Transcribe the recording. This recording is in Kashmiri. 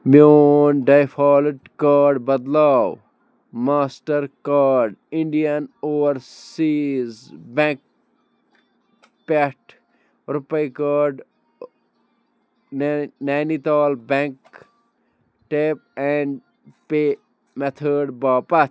میٛون ڈیفالٹ کارڈ بدلاو Mastercard Indian Overseas Bank پٮ۪ٹھ RuPay card Nainital bank tap and pay method باپتھ